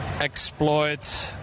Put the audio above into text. exploit